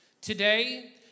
Today